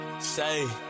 Say